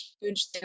huge